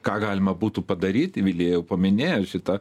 ką galima būtų padaryti vilija jau paminėjo šitą